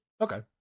Okay